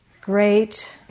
great